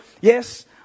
yes